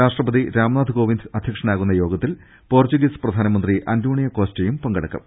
രാഷ്ട്രപതി രാംനാഥ് കോവിന്ദ് അധ്യക്ഷനാകുന്നു യോഗത്തിൽ പോർച്ചുഗീസ് പ്രധാനമന്ത്രി അന്റോണിയോ ്കോസ്റ്റയും പങ്കെടു ക്കും